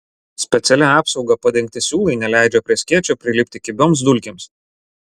specialia apsauga padengti siūlai neleidžia prie skėčio prilipti kibioms dulkėms